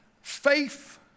Faith